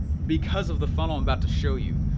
because of the funnel i'm about to show you.